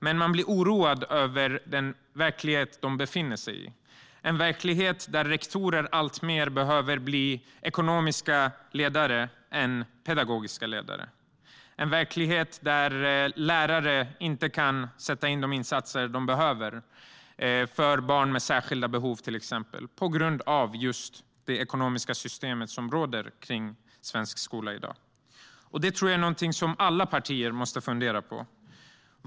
Men jag blir oroad över den verklighet de befinner sig i - en verklighet där rektorer snarare behöver vara ekonomiska ledare än pedagogiska ledare. Det är en verklighet där lärare inte kan göra de insatser som behövs, till exempel för barn med särskilda behov, på grund av just det ekonomiska system som råder i svensk skola i dag. Detta är något som alla partier måste fundera på.